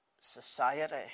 society